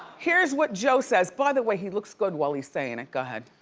here's what joe says. by the way, he looks good while he's sayin' it. go ahead.